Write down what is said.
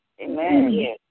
Amen